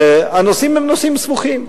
הנושאים הם נושאים סבוכים.